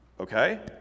Okay